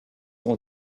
ont